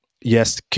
yes